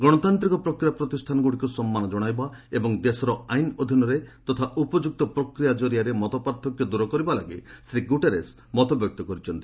ଗଣତାନ୍ତିକ ପ୍ରକ୍ରିୟା ପ୍ରତିଷ୍ଠାନଗୁଡ଼ିକୁ ସମ୍ମାନ ଜଣାଇବା ଏବଂ ଦେଶର ଆଇନ ଅଧୀନରେ ତଥା ଉପଯୁକ୍ତ ପ୍ରକ୍ରିୟା ଜରିଆରେ ମତପାର୍ଥକ୍ୟ ଦୂର କରିବାପାଇଁ ଶ୍ରୀ ଗୁଟେରେସ୍ ମତବ୍ୟକ୍ତ କରିଛନ୍ତି